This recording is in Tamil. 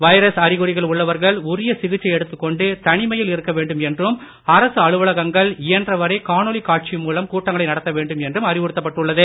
வைரஸ் அறிகுறிகள் உள்ளவர்கள் உரிய சிகிச்சை எடுத்துக் கொண்டு தனிமையில் இருக்க வேண்டும் என்றும் அரசு அலுவலகங்கள் இயன்றவரை காணொளி காட்சி மூலம் கூட்டங்களை நடத்த வேண்டும் என்றும் அறிவுறுத்தப்பட்டுள்ளது